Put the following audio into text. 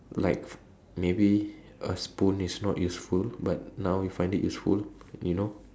like maybe a spoon is not useful but now you find it useful you know